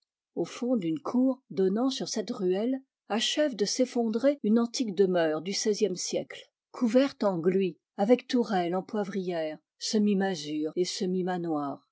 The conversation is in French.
au fond d'une cour donnant sur cette ruelle achève de s'effondrer une antique demeure du xvt siècle couverte en glui avec tourelle en poivrière semi masure et